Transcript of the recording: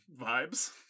vibes